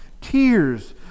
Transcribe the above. Tears